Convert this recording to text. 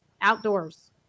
outdoors